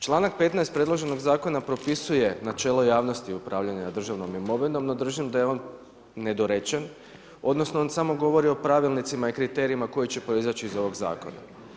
Članak 15. predloženog zakona propisuje načelo javnosti upravljanja državnom imovinom no držim da je on nedorečen, odnosno on samo govori o pravilnicima i kriterijima koji će proizaći iz ovog zakona.